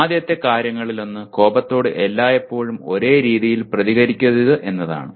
ആദ്യത്തെ കാര്യങ്ങളിലൊന്ന് കോപത്തോട് എല്ലായ്പ്പോഴും ഒരേ രീതിയിൽ പ്രതികരിക്കരുത് എന്നതാണ്